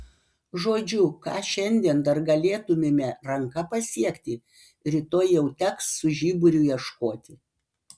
žodžiu ką šiandien dar galėtumėme ranka pasiekti rytoj jau teks su žiburiu ieškoti